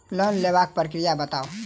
Loan लेबाक प्रक्रिया बताऊ?